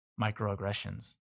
microaggressions